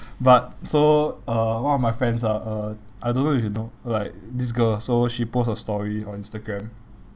but so uh one of my friends ah uh I don't know if you know like this girl so she post a story on instagram